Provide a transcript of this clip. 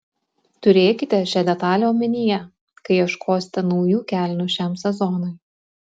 turėkite šią detalę omenyje kai ieškosite naujų kelnių šiam sezonui